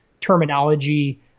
terminology